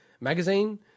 magazine